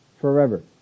forever